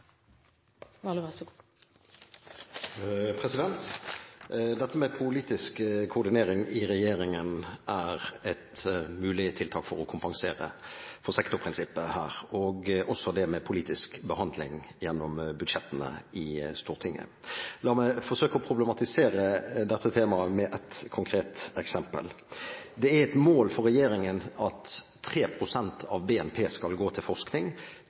regjeringen er et mulig tiltak for å kompensere for sektorprinsippet her og også for politisk behandling gjennom budsjettene i Stortinget. La meg forsøke å problematisere dette temaet med et konkret eksempel. Det er et mål for regjeringen at 3 pst. av BNP skal gå til forskning